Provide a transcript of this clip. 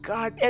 God